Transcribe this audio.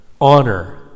honor